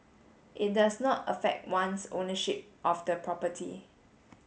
it does not affect one's ownership of the property